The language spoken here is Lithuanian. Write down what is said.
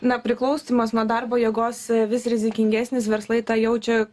na priklausymas nuo darbo jėgos vis rizikingesnis verslai tą jaučia